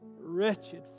wretched